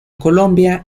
colombia